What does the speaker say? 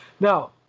Now